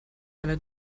einer